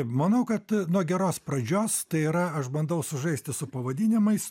manau kad nuo geros pradžios tai yra aš bandau sužaisti su pavadinimais